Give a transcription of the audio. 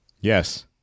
Yes